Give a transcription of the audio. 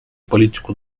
политику